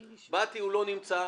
באתי, הוא לא נמצא,